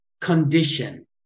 condition